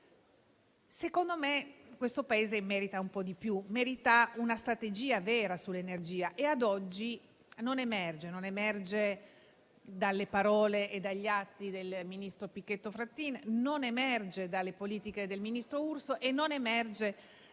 Secondo me questo Paese merita un po' di più, merita una strategia vera sull'energia che ad oggi, non emerge dalle parole e dagli atti del ministro Pichetto Fratin, non emerge dalle politiche del ministro Urso e non emerge